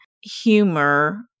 humor